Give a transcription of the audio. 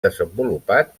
desenvolupat